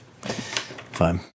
fine